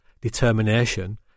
determination